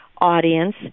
audience